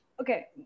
okay